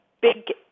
big